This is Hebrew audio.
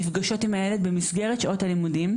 נפגשות עם הילד במסגרת שעות הלימודים,